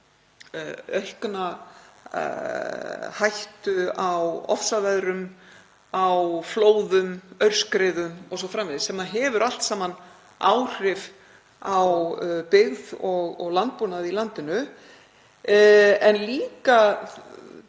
aukna hættu á ofsaveðri, á flóðum, aurskriðum o.s.frv. sem hefur allt saman áhrif á byggð og landbúnað í landinu. En líka